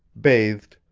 bathed,